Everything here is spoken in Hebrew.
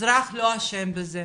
אזרח לא אשם בזה.